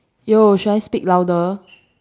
yo should I speak louder